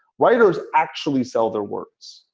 writers actually sell their words.